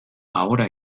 ahora